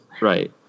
Right